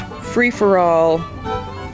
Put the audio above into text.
free-for-all